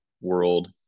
world